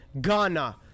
Ghana